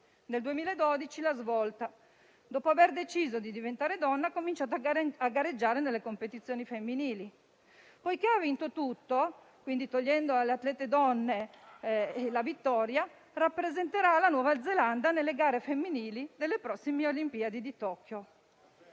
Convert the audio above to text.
c'è stata la svolta: dopo aver deciso di diventare donna, ha cominciato a gareggiare nelle competizioni femminili. Poiché ha vinto tutto (quindi togliendo alle atlete donne la vittoria), rappresenterà la Nuova Zelanda nelle gare femminili delle prossime Olimpiadi di Tokyo.